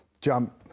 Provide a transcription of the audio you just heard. jump